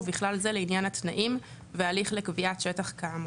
ובכלל זה לעניין התנאים וההליך לקביעת שטח כאמור.